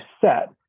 set